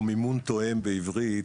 או מימון תואם בעברית,